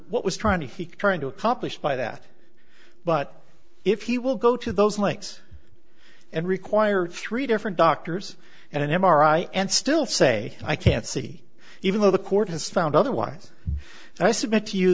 what was trying to he trying to accomplish by that but if he will go to those lengths and required three different doctors and an m r i and still say i can't see even though the court has found otherwise i submit to you